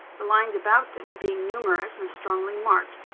the lines about them being numerous and strongly marked.